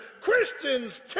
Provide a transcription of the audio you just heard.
Christians